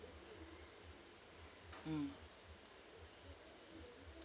mm